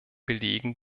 belegen